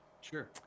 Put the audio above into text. Sure